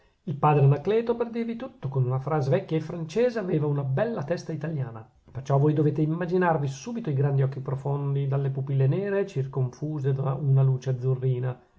il padre anacleto per dirvi tutto con una frase vecchia e francese aveva una bella testa italiana perciò voi dovete immaginarvi subito i grandi occhi profondi dalle pupille nere circonfuse da una luce azzurrina